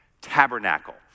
tabernacle